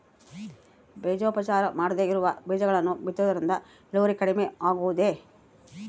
ಬೇಜೋಪಚಾರ ಮಾಡದೇ ಇರೋ ಬೇಜಗಳನ್ನು ಬಿತ್ತುವುದರಿಂದ ಇಳುವರಿ ಕಡಿಮೆ ಆಗುವುದೇ?